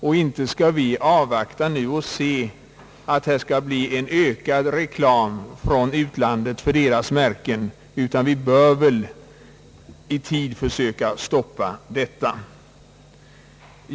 Vi bör därför inte bara avvakta en ökad reklam för utländska cigarrettmärken, utan vi bör i tid försöka stoppa tobaksmissbruket.